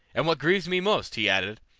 and what grieves me most, he added,